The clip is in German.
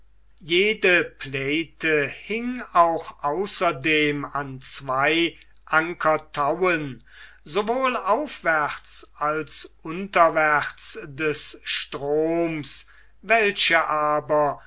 jede playte hing auch außerdem an zwei ankertauen sowohl aufwärts als unterwärts des stroms welche aber